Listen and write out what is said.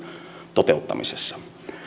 toteuttamisessa